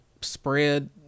spread